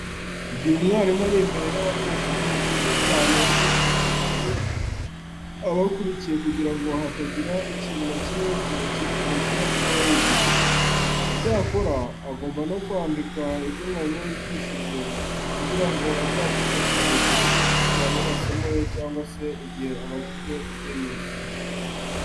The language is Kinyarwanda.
Igihe mwarimu ari imbere y'abanyeshuri ni byiza cyane ko buri munyeshuri aba akurikiye kugira ngo hatagira ikintu na kimwe kimucika mu byo aba yigishijwe. Icyakora, agomba no kwandika ibyo mwarimu yigishije kugira ngo azabyifashishe mu gihe cyo gusubiramo amasomo ye cyangwa se igihe abajijwe ibyo yize.